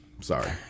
sorry